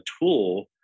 tool